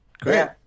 Great